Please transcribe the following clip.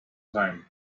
time